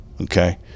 okay